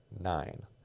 Nine